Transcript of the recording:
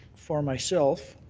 for myself,